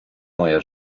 moje